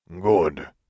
Good